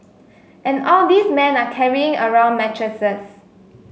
and all these men are carrying around mattresses